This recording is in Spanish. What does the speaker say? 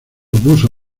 opuso